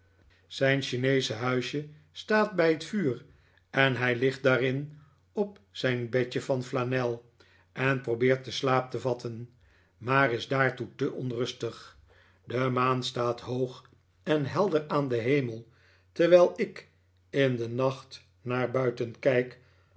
zijn chineesche huisje staat bij het vuur en hij ligt daarin op zijn bedje van flajiel en probeert den slaap te vatten maar is daartoe te onrustig de maan staat hoog en helder aan den hemel terwijl ik in den nacht naar buiten kijk